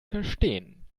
verstehen